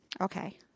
Okay